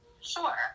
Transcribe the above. Sure